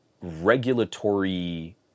regulatory